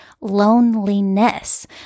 loneliness